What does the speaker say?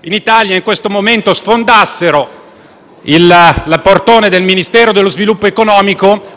in Italia in questo momento sfondassero il portone del Ministero dello sviluppo economico,